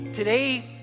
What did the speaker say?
Today